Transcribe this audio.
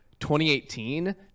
2018